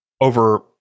over